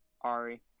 Ari